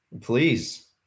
Please